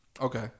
Okay